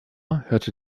hörte